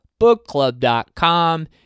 bookclub.com